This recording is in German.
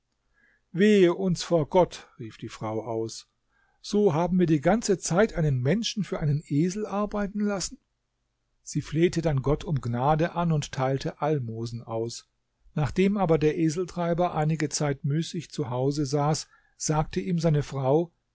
wehe uns vor gott rief die frau aus so haben wir die ganze zeit einen menschen für einen esel arbeiten lassen sie flehte dann gott um gnade an und teilte almosen aus nachdem aber der eseltreiber einige zeit müßig zu hause saß sagte ihm seine frau